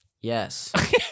Yes